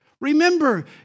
Remember